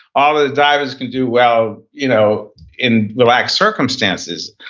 all of the divers can do well you know in relaxed circumstances.